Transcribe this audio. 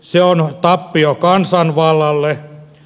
se on tappio kansanvallalle